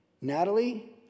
Natalie